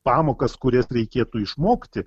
pamokas kurias reikėtų išmokti